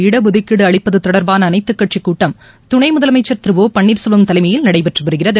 இட்டுதுக்கீடுஅளிப்பத்தொடர்பானஅனைத்துக் கட்சிக் கூட்டம் துணைமுதலமைச்சர் திரு ஓ பன்னீர்செல்வம் தலைமையில் நடைபெற்றுவருகிறது